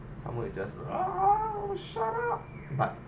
someone will just ah shut up but